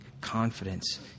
confidence